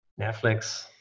Netflix